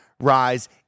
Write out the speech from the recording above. rise